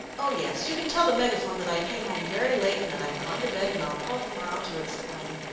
oh, yes, you can tell the megaphone that i came home very late and that i've gone to bed, and i'll call to-morrow to explain.